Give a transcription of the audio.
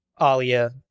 Alia